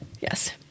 Yes